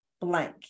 blank